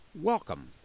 welcome